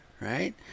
right